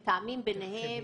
הוא רגולטור שבוי,